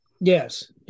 Yes